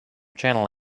channel